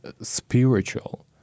spiritual